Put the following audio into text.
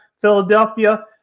Philadelphia